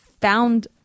found